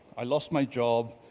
i lost my job.